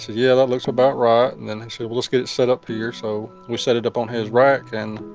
yeah, that looks about right. and then he said, we'll let's get it set up here so we set it up on his rack and